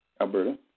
Alberta